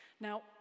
Now